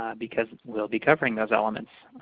because we'll be covering those elements.